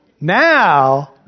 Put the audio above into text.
Now